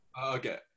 Okay